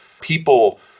people